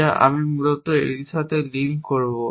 যা আমি মূলত এটির সাথে লিঙ্ক করব